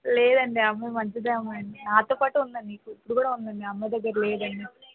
లేదండీ ఆ అమ్మాయి మంచిదే నాతో పాటు ఉందండీ ఇప్పుడు కూడా ఉందండీ ఆ అమ్మాయి దగ్గర లేదండీ